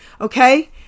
okay